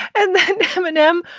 and that eminem.